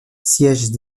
siège